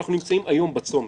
אנחנו נמצאים היום בצומת,